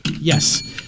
Yes